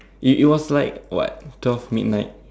it it was like what twelve midnight